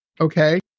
okay